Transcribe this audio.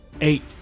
Eight